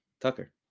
Tucker